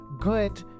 good